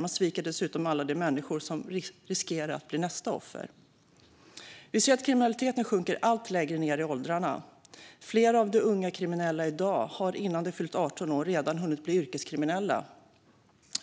Man sviker dessutom alla de människor som riskerar att bli nästa offer. Vi ser att kriminaliteten kryper allt längre ned i åldrarna. Flera av dagens unga kriminella har innan de fyllt 18 år redan hunnit bli yrkeskriminella.